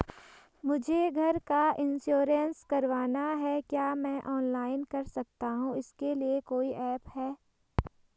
मुझे घर का इन्श्योरेंस करवाना है क्या मैं ऑनलाइन कर सकता हूँ इसके लिए कोई ऐप है?